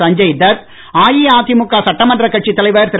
சஞ்சய் தத் அஇஅதிமுக சட்டமன்ற கட்சித் தலைவர் திரு